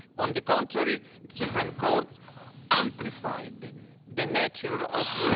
on the contrary, the supreme court amplified the nature of